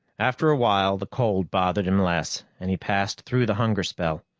after a while, the cold bothered him less, and he passed through the hunger spell.